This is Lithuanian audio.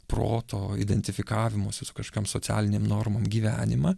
proto identifikavimosi su kažkokiom socialinėm normom gyvenimą